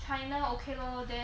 china okay lor then